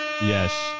Yes